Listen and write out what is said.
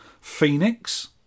Phoenix